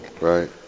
right